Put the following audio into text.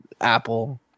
Apple